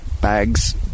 bags